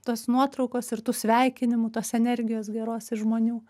tos nuotraukos ir tų sveikinimų tos energijos geros iš žmonių